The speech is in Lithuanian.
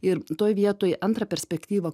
ir toj vietoj antra perspektyva